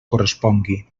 correspongui